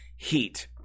heat